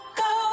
go